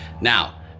Now